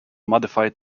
modified